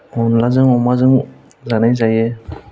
अनलाजों अमाजों जानाय जायो